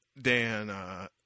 Dan